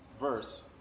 verse